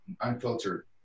unfiltered